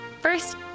first